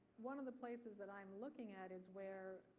one of the places that i'm looking at is where